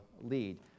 lead